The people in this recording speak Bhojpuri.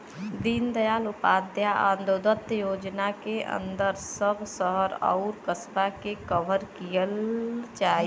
दीनदयाल उपाध्याय अंत्योदय योजना के अंदर सब शहर आउर कस्बा के कवर किहल जाई